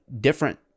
different